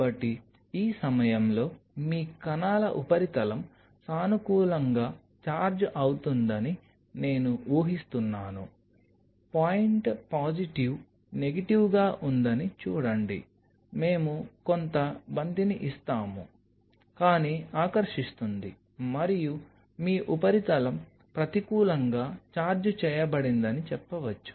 కాబట్టి ఈ సమయంలో మీ కణాల ఉపరితలం సానుకూలంగా ఛార్జ్ అవుతుందని నేను ఊహిస్తున్నాను పాయింట్ పాజిటివ్ నెగటివ్గా ఉందని చూడండి మేము కొంత బంతిని ఇస్తాము కానీ ఆకర్షిస్తుంది మరియు మీ ఉపరితలం ప్రతికూలంగా ఛార్జ్ చేయబడిందని చెప్పవచ్చు